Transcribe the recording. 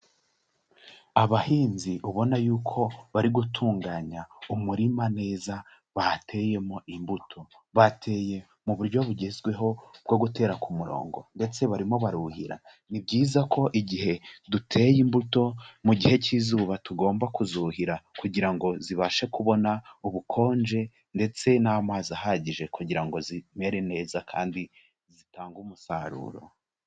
Abahinzi ubona yuko bari gutunganya umurima neza, bahateyemo imbuto, bateye mu buryo bugezweho bwo gutera ku murongo ndetse barimo baruhira, ni byiza ko igihe duteye imbuto mu gihe cy'izuba tugomba kuzuhira, kugira ngo zibashe kubona ubukonje ndetse n'amazi ahagije kugira ngo zimere neza kandi zitange umusaruro.